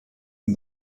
and